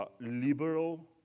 liberal